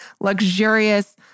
luxurious